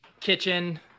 kitchen